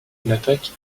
l’attaque